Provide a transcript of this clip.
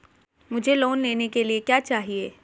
मुझे लोन लेने के लिए क्या चाहिए?